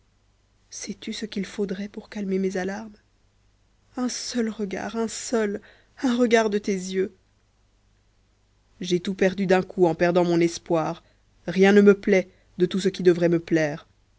sais-tu ce qu'il faudrait pour calmer mes alarmes un seul regard un seul un regard de tes yeux j'ai tout perdu d'un coup en perdant mon espoir rien ne me plaît de tout ce qui devrait me plaire